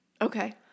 Okay